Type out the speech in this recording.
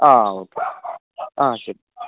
അതെ ഓക്കെ അതെ ശരി